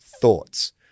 Thoughts